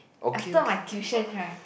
after my tuition right